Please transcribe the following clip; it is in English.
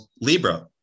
Libra